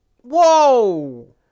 Whoa